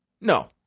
No